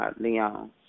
Leon